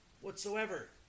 whatsoever